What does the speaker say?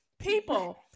people